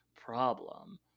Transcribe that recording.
problem